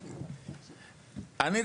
אני,